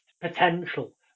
potential